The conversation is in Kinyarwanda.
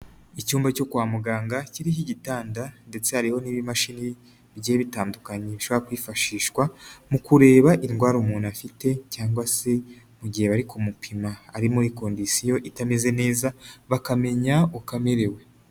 Icyumba cyo kwa muganga kiriho igitanda ndetse hariho n'ibimashini bigiye bitandukanye bishobora kwifashishwa mu kureba indwara umuntu afite cyangwa se mu gihe bari kumupima ari muri kondisiyo itameze neza bakamenya uko amerewe.